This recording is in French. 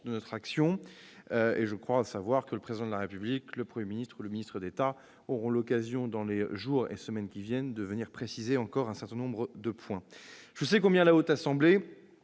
de cette dernière. Je crois savoir que le Président de la République, le Premier ministre et le ministre d'État auront l'occasion, dans les jours ou semaines qui viennent, de préciser encore un certain nombre de points. Je sais combien la Haute Assemblée